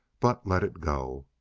but let it go.